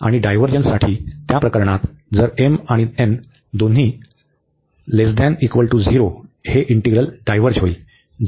आणि डायव्हर्जन्ससाठी त्या प्रकरणात जर हे इंटीग्रल डायव्हर्ज होते